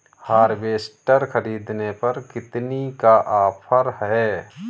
Harvester ख़रीदने पर कितनी का ऑफर है?